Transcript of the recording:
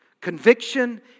Conviction